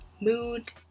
mood